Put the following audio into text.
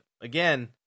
again